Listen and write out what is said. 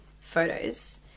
photos